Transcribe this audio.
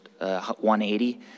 180